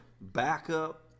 backup